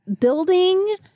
building